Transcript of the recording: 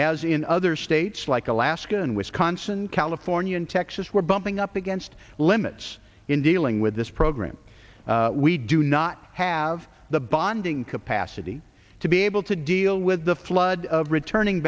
as in other states like alaska and wisconsin california and texas we're bumping up against limits in dealing with this program we do not have the bonding capacity to be able to deal with the flood of returning